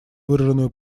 выраженную